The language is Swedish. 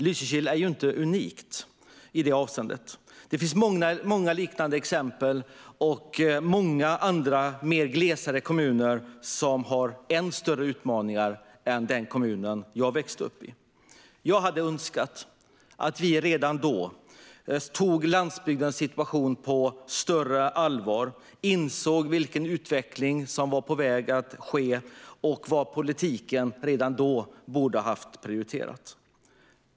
Lysekil är inte unikt i det avseendet. Det finns många liknande exempel, och många andra glesare kommuner har ännu större utmaningar än den kommun jag växte upp i. Jag hade önskat att vi redan då tagit landsbygdens situation på större allvar och insett vilken utveckling som var på väg att ske och vad politiken redan då borde ha prioriterat.